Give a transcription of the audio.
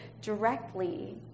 directly